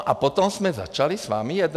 A potom jsme začali s vámi jednat.